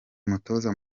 umutoza